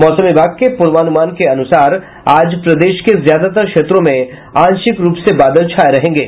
मौसम विभाग के पूर्वानुमान के अनुसार आज प्रदेश के ज्यादातर क्षेत्रों में आंशिक रूप से बादल छाये रहेंगे